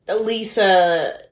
Lisa